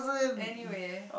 anyway